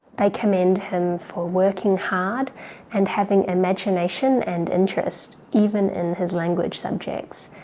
they commend him for working hard and having imagination and interest even in his language subjects.